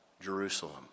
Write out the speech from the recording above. Jerusalem